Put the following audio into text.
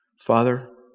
Father